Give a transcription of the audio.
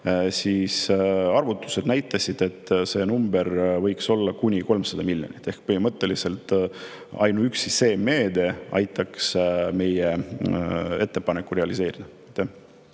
et arvutuste kohaselt see number võiks olla kuni 300 miljonit. Põhimõtteliselt ainuüksi see meede aitaks meie ettepaneku realiseerida.